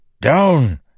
Down